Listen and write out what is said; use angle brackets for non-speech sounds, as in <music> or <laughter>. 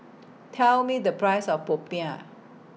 <noise> Tell Me The Price of Popiah